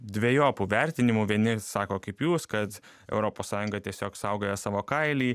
dvejopų vertinimų vieni sako kaip jūs kad europos sąjunga tiesiog saugoja savo kailį